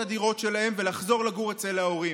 הדירות שלהם ולחזור לגור אצל ההורים.